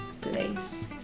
place